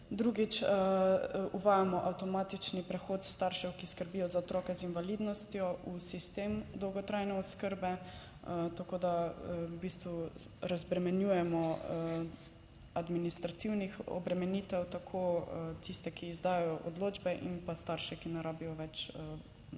Drugič, uvajamo avtomatični prehod staršev, ki skrbijo za otroke z invalidnostjo v sistem dolgotrajne oskrbe, tako da v bistvu razbremenjujemo administrativnih obremenitev tako tiste, ki izdajajo odločbe in pa starše, ki ne rabijo več torej